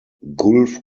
gulf